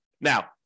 Now